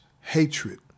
hatred